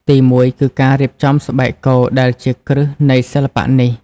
ទីមួយគឺការរៀបចំស្បែកគោដែលជា គ្រឹះនៃសិល្បៈនេះ។